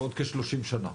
בעוד כ-30 שנה.